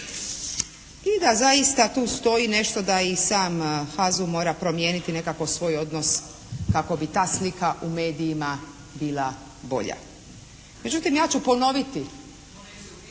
I da zaista tu stoji nešto da i sam HAZU mora promijeniti nekako svoj odnos kako bi ta slika u medijima bila bolja. Međutim ja ću ponoviti,